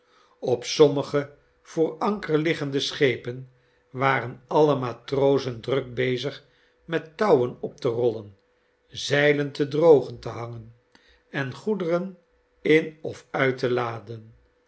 op sommige voor anker liggende schepen waren alle matrozen druk bezig met touwen op te rollen zeilen te drogen te hangen en goederen in of uit te laden